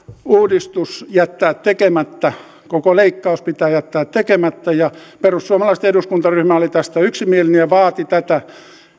uudistus jättää tekemättä koko leikkaus pitää jättää tekemättä ja perussuomalaisten eduskuntaryhmä oli tästä yksimielinen ja vaati tätä